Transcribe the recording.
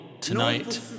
tonight